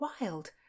wild